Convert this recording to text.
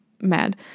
mad